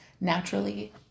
naturally